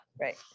Right